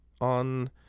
on